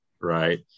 right